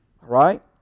right